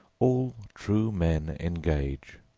all true men engage.